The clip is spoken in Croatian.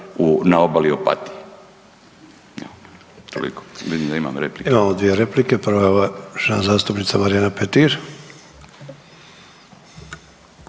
na obali Opatije.